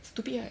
stupid right